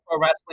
wrestling